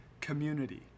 community